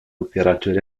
opérateur